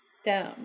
stem